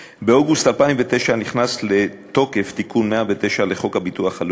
באוגוסט 2009 נכנס לתוקף תיקון 109 לחוק הביטוח הלאומי,